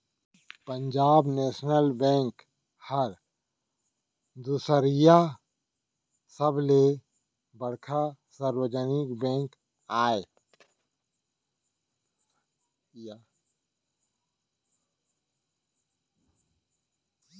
Punjab national bank ह दुसरइया सबले बड़का सार्वजनिक बेंक आय